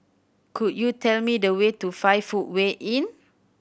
could you tell me the way to Five Footway Inn